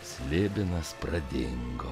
slibinas pradingo